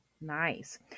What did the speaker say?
nice